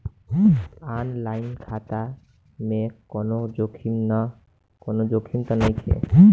आन line खाता खोले में कौनो जोखिम त नइखे?